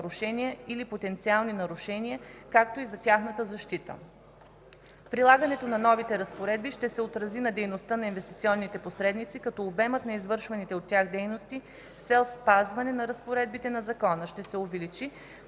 нарушения или потенциални нарушения, както и за тяхната защита. Прилагането на новите разпоредби ще се отрази на дейността на инвестиционните посредници, като обемът на извършваните от тях дейности, с цел спазване на разпоредбите на закона ще се увеличи,